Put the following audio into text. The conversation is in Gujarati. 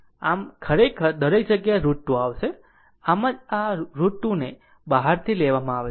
ખરેખર દરેક જગ્યાએ √ 2 આવશે આમ જ આ √ 2 ને બહારથી લેવામાં આવે છે